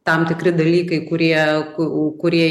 tam tikri dalykai kurie ku kurie